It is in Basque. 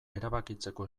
erabakitzeko